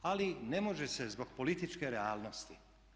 Ali ne može se zbog političke realnosti.